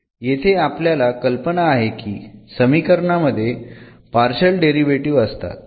येथे आपल्याला कल्पना आहे की समीकरणामध्ये पार्शल डेरिव्हेटीव्ह असतात